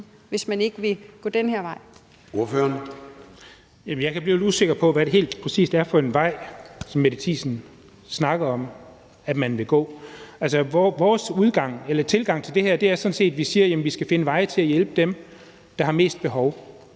11:00 Jens Henrik Thulesen Dahl (DD): Jamen jeg kan blive lidt usikker på, hvad det helt præcis er for en vej, som Mette Thiesen snakker om at man vil gå. Vores tilgang til det her er sådan set, at vi siger, at vi skal finde veje til at hjælpe dem, der har mest behov